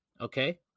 Okay